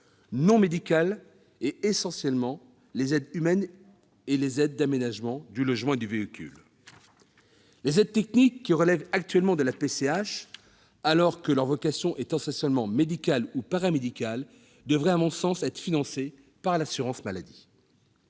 handicapée, essentiellement les aides humaines et les aides à l'aménagement du logement et du véhicule. Les aides techniques, qui relèvent actuellement de la PCH, alors que leur vocation est essentiellement médicale ou paramédicale, devraient à mon sens être financées par l'assurance maladie.